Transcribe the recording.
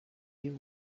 you